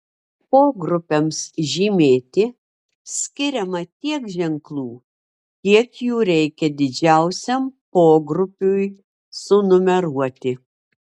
pogrupiams žymėti skiriama tiek ženklų kiek jų reikia didžiausiam pogrupiui sunumeruoti